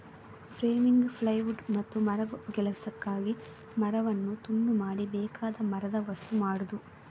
framing, plywood ಮತ್ತು ಮರಗೆಲಸಕ್ಕಾಗಿ ಮರವನ್ನು ತುಂಡು ಮಾಡಿ ಬೇಕಾದ ಮರದ ವಸ್ತು ಮಾಡುದು